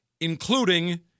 including